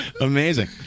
Amazing